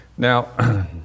Now